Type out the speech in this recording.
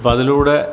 അപ്പം അതിലൂടെ